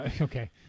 Okay